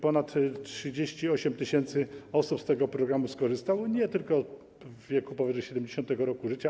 Ponad 38 tys. osób z tego programu skorzystało, nie tylko osób w wieku powyżej 70. roku życia.